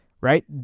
right